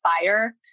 fire